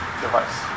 device